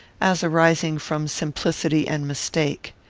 as arising from simplicity and mistake.